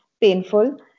painful